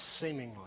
seemingly